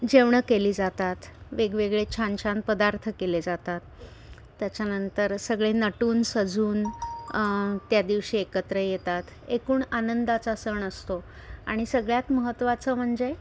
जेवणं केली जातात वेगवेगळे छान छान पदार्थ केले जातात त्याच्या नंतर सगळे नटून सजून त्या दिवशी एकत्र येतात एकूण आनंदाचा सण असतो आणि सगळ्यात महत्त्वाचं म्हणजे